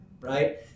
right